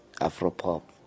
Afro-pop